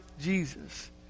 Jesus